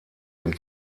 dem